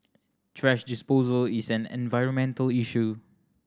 thrash disposal is an environmental issue